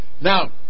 Now